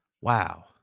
Wow